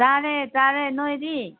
ꯆꯥꯔꯦ ꯆꯥꯔꯦ ꯅꯣꯏꯗꯤ